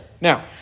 Now